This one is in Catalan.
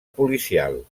policial